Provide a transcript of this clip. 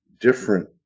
different